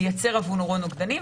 מייצר עבורו נוגדנים.